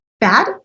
bad